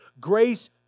grace